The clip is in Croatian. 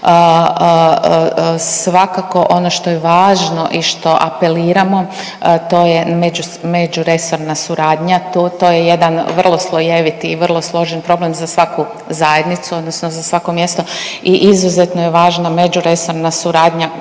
Svakako ono što je važno i što apeliramo to je međuresorna suradnja, to je jedan vrlo slojeviti i vrlo složen problem za svaku zajednicu odnosno za svako mjesto i izuzetno je važna međuresorna suradnja.